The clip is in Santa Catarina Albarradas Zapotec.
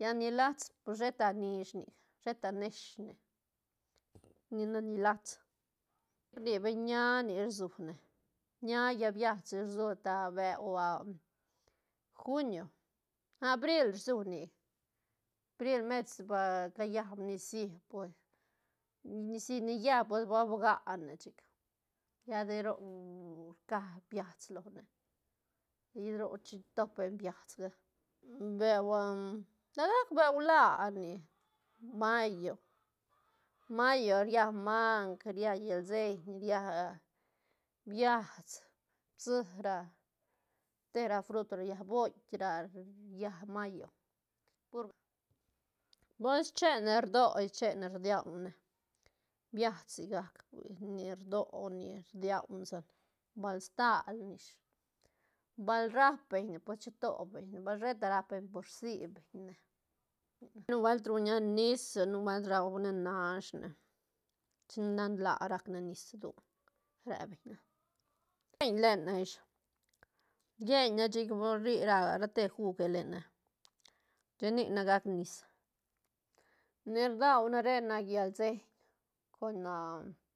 lla ni lats pues sheta nish nic sheta nesh ne ni na ni lats rni beñ ña nic rsune ña llaä biats rsu ta bau a junio ah abril rsu nic abril mertis ba ca llab nicií pues nicií ni llab pues ba bga ne chic lla de roc rca biats lone lla de roc chi top beñ biats ga beu la gac beu laa nic mayo- mayo ria mang ria llalseñ ria biats, psi ra, te ra frut ria boit ra ria mayo pur, pues chene rdo ish chene rdiau ne biats sigac hui ni rdo nic rdiau sec bal stal ne ish bal rap beñ ne pues chito beñ ne bal sheta rap beñ por rsi beñ ne nubuelt ruña nis nubuelt rahuane nash ne chin nan laa rac ne nis rdu re beñ ne lene ish yeñne chic ba rri ra- ra te juge lene, chic nic ne gac nis ne rdau ne re nac llalseiñ con.